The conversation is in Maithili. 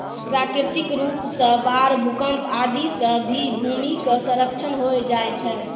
प्राकृतिक रूप सॅ बाढ़, भूकंप आदि सॅ भी भूमि के क्षरण होय जाय छै